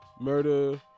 murder